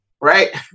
right